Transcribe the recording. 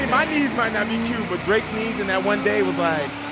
yeah my knees might not be cute, but drake's knees in that one day was like,